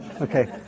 Okay